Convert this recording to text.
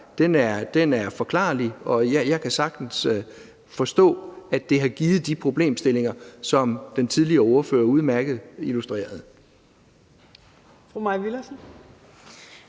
er forklarlig, og jeg kan sagtens forstå, at det har givet anledning til de problemstillinger, som den tidligere ordfører udmærket illustrerede.